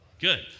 Good